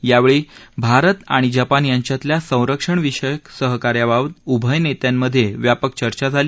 यावेळी भारत आणि जपान यांच्यातल्या संरक्षणविषयक सहकार्याबाबत उभय नेत्यांमधे व्यापक चर्चा झाली